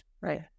Right